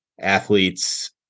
athletes